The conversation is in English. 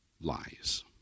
lies